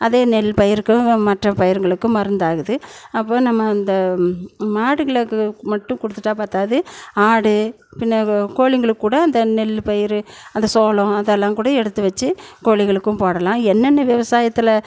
அதே நெல் பயிருக்கும் மற்ற பயிருங்களுக்கும் மருந்தாகுது அப்போ நம்ம இந்த மாடுகளுக்கு மட்டும் கொடுத்துட்டா பற்றாது ஆடு பின்னே கோழிங்களுக்கூட அந்த நெல் பயிர் அந்த சோளம் அதெல்லாம் கூட எடுத்து வெச்சு கோழிகளுக்கும் போடலாம் என்னென்ன விவசாயத்தில்